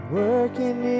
working